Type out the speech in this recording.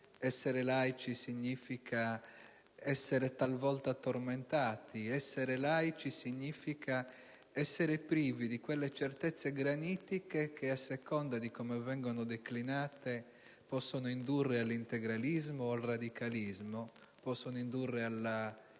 Essere laici significa essere talvolta tormentati, significa essere privi di quelle certezze granitiche che, a seconda di come vengono declinate, possono indurre all'integralismo o al radicalismo, e possono indurre